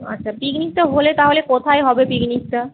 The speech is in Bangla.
আচ্ছা পিকনিকটা হলে তাহলে কোথায় হবে পিকনিকটা